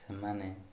ସେମାନେ